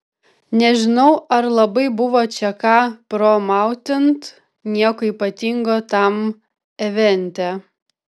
nežinau ar labai buvo čia ką promautint nieko ypatingo tam evente